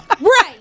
Right